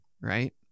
right